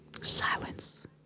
Silence